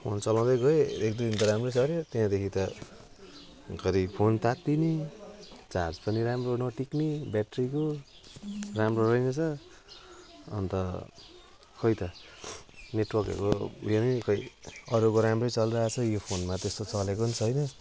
phone चलाउँदै गएँ एकदुई दिन त राम्रै चल्यो त्यहाँदेखि त घरी फोन तात्तिने चार्ज पनि राम्रो नटिक्ने ब्याट्रिको राम्रो रहेनछ अनि त खोइ त नेट्वर्कहरू अब ऊ यो नै खोइ अरूको राम्रै चलिरहेको छ यो फोनमा त्यस्तो चलेको नि छैन